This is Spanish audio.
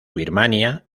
birmania